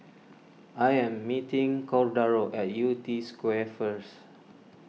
I am meeting Cordaro at Yew Tee Square first